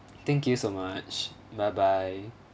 thank you so much bye bye